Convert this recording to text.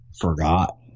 forgot